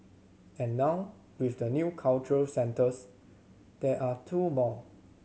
and now with the new cultural centres there are two more